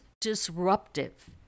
disruptive